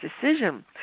decision